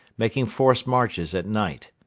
making forced marches at night.